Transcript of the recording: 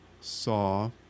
saw